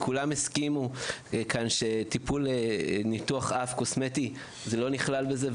כולם כאן הסכימו שניתוח אף קוסמטי לא נכלל בזה,